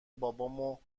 بابامو